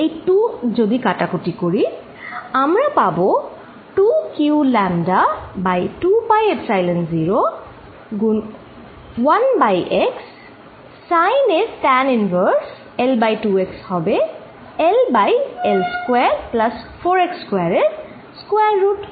এই 2 যদি কাটাকুটি করি আমরা পাব 2q λ বাই 2 পাই এপসাইলন 0 গুন1 বাই x sin এর tan ইনভার্স L2x হবে L by L square plus 4x square এর স্কয়ার রুট